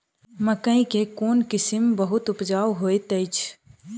मकई केँ कोण किसिम बहुत उपजाउ होए तऽ अछि?